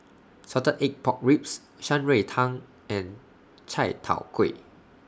Salted Egg Pork Ribs Shan Rui Tang and Chai Tow Kway